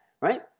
Right